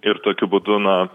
ir tokiu būdu na